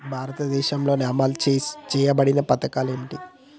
భారతదేశంలో అమలు చేయబడిన పథకాలు ఏమిటి?